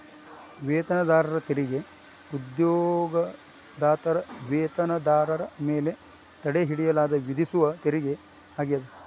ವೇತನದಾರರ ತೆರಿಗೆ ಉದ್ಯೋಗದಾತರ ವೇತನದಾರರ ಮೇಲೆ ತಡೆಹಿಡಿಯಲಾದ ವಿಧಿಸುವ ತೆರಿಗೆ ಆಗ್ಯಾದ